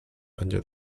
under